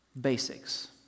basics